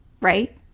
right